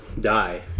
die